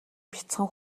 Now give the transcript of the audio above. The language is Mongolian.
бяцхан